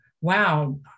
wow